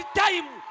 time